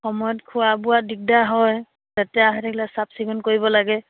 সময়ত খোৱা বোৱা দিগদাৰ হয় লেতেৰা হৈ থাকিলে চাফ চিকুণ কৰিব লাগে